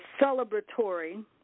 celebratory